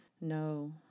No